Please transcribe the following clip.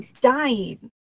dying